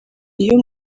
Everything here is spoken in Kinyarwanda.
iyo